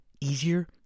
easier